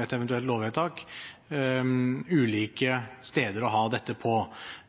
et eventuelt lovvedtak, ulike steder å ha dette på.